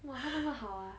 !wah! 她那么好啊